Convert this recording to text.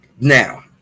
Now